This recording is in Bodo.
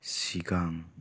सिगां